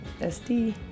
sd